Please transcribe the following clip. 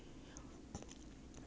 ya but I never